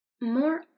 more